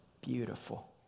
beautiful